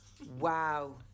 Wow